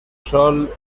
sol